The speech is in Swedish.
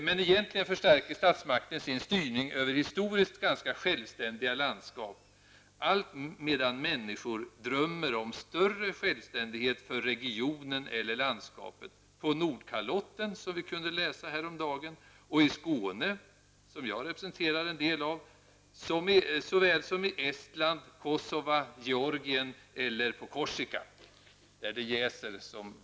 Men egentligen förstärker statsmakten sin styrning över historiskt ganska självständiga landskap. Alltmedan människor drömmer om större självständighet för regionen eller landskapet, på Nordkalotten, som vi kunde läsa om häromdagen, i Skåne, som jag representerar en del av såväl som i Estland, Kosova, Georgien eller på Korsika.